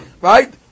Right